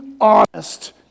honest